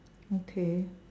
okay